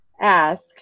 ask